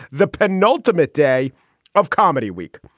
the penultimate day of comedy week.